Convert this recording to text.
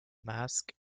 mask